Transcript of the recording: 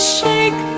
shake